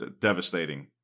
devastating